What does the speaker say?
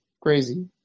crazy